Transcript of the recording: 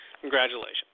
Congratulations